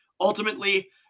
ultimately